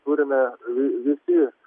turime vi visi